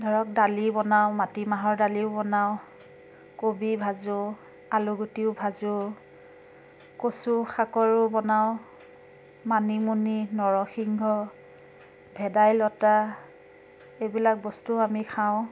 ধৰক দালি বনাওঁ মাটি মাহৰ দালিও বনাওঁ কবি ভাজোঁ আলু গুটিও ভাজোঁ কচু শাকৰো বনাওঁ মানিমুনি নৰসিংহ ভেদাইলতা এইবিলাক বস্তুও আমি খাওঁ